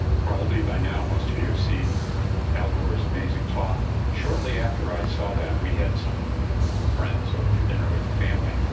probably by now most of you have seen al gore's amazing talk. shortly after i saw that, we had some friends over for dinner with the family.